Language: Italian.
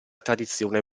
tradizione